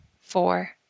four